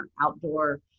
outdoor